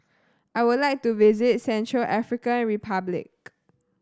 I would like to visit Central African Republic